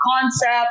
concept